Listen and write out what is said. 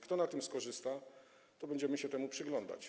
Kto na tym skorzysta, będziemy się temu przyglądać.